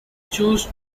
chose